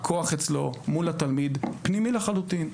הכוח אצלו, מול התלמיד, פנימי לחלוטין.